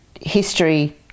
history